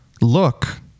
look